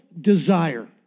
desire